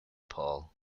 paul